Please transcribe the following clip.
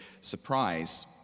surprise